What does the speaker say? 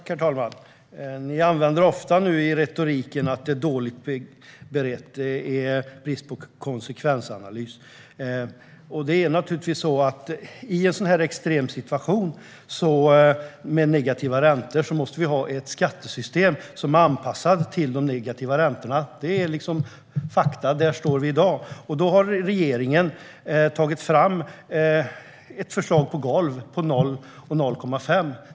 Herr talman! Ni använder er ofta av en retorik som går ut på att det är dåligt berett och bristande konsekvensanalys. I en sådan här extrem situation med negativa räntor måste vi naturligtvis ha ett skattesystem som är anpassat efter dem. Det är fakta; där står vi i dag. Regeringen har tagit fram ett förslag till golv på 0 och 0,5.